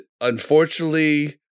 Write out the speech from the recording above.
unfortunately